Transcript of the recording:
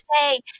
say